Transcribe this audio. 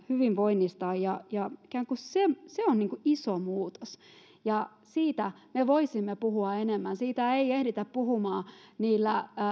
hyvinvoinnistaan ja ja se on iso muutos ja siitä me voisimme puhua enemmän siitä ei ehditä puhumaan niillä